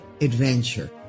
adventure